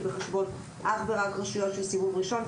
בחשבון אך ורק רשויות של סיבוב ראשון,